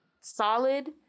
solid